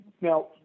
Now